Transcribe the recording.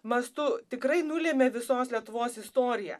mastu tikrai nulėmė visos lietuvos istoriją